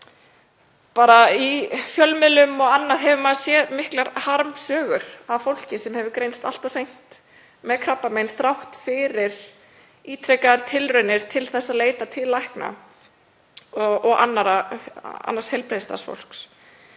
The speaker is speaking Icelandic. bara í fjölmiðlum og annars staðar hefur maður heyrt miklar harmsögur af fólki sem hefur greinst allt of seint með krabbamein þrátt fyrir ítrekaðar tilraunir til að leita til lækna og annars heilbrigðisstarfsfólks.